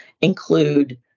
include